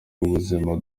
w’ubuzima